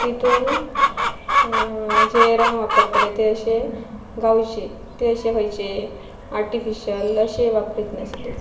तितून जे रंग वापरतले ते अशे गांवचे ते अशे खंयचे आर्टिफिशल अशें वापरीत नासली